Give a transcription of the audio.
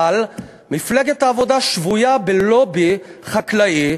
אבל מפלגת העבודה שבויה בלובי חקלאי,